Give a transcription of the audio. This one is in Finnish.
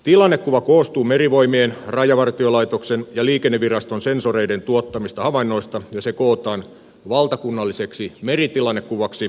tilannekuva koostuu merivoimien rajavartiolaitoksen ja liikenneviraston sensoreiden tuottamista havainnoista ja se kootaan valtakunnalliseksi meritilannekuvaksi merivoimien esikunnassa